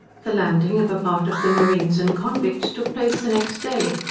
the landing of a part of the marines and convicts took place the next day,